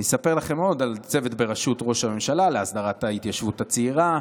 אני אספר לכם עוד על צוות בראשות ראש הממשלה להסדרת ההתיישבות הצעירה.